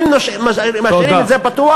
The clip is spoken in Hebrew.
נעביר לך,